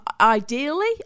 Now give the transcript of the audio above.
ideally